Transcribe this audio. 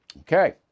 Okay